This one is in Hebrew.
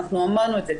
אנחנו אמרנו את זה,